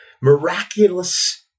miraculous